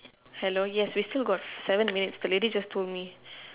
hello yes we still got seven minutes the lady just told me